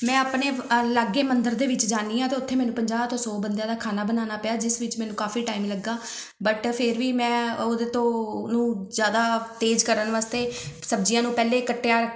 ਮੈਂ ਆਪਣੇ ਲਾਗੇ ਮੰਦਰ ਦੇ ਵਿੱਚ ਜਾਂਦੀ ਹਾਂ ਅਤੇ ਉੱਥੇ ਮੈਨੂੰ ਪੰਜਾਹ ਤੋਂ ਸੌ ਬੰਦਿਆਂ ਦਾ ਖਾਣਾ ਬਣਾਉਣਾ ਪਿਆ ਜਿਸ ਵਿੱਚ ਮੈਨੂੰ ਕਾਫੀ ਟਾਈਮ ਲੱਗਾ ਬਟ ਫਿਰ ਵੀ ਮੈਂ ਉਹਦੇ ਤੋਂ ਉਹਨੂੰ ਜ਼ਿਆਦਾ ਤੇਜ਼ ਕਰਨ ਵਾਸਤੇ ਸਬਜ਼ੀਆਂ ਨੂੰ ਪਹਿਲੇ ਕੱਟਿਆ